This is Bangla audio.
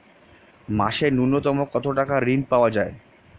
মাসে নূন্যতম কত টাকা ঋণ পাওয়া য়ায়?